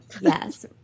Yes